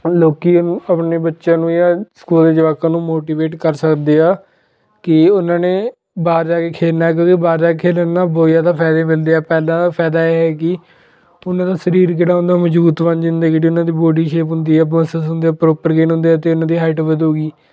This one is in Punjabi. ਲੋਕ ਆਪਣੇ ਬੱਚਿਆਂ ਨੂੰ ਜਾਂ ਸਕੂਲ ਦੇ ਜਵਾਕਾਂ ਨੂੰ ਮੋਟੀਵੇਟ ਕਰ ਸਕਦੇ ਆ ਕਿ ਉਹਨਾਂ ਨੇ ਬਾਹਰ ਜਾ ਕੇ ਖੇਲਣਾ ਕਿਉਂਕਿ ਬਾਹਰ ਜਾ ਖੇਲਣ ਨਾਲ ਬਹੁਤ ਜ਼ਿਆਦਾ ਫਾਇਦੇ ਮਿਲਦੇ ਆ ਪਹਿਲਾ ਫਾਇਦਾ ਇਹ ਹੈ ਕਿ ਉਹਨਾਂ ਦਾ ਸਰੀਰ ਜਿਹੜਾ ਹੁੰਦਾ ਮਜ਼ਬੂਤ ਬਣ ਜਾਂਦਾ ਜਿਹੜੀ ਉਹਨਾਂ ਦੀ ਬੋਡੀ ਸ਼ੇਪ ਹੁੰਦੀ ਹੈ ਹੁੰਦੀ ਪ੍ਰੋਪਰ ਗੇਨ ਹੁੰਦੇ ਆ ਅਤੇ ਉਹਨਾਂ ਦੀ ਹਾਈਟ ਵਧੇਗੀ